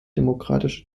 demokratische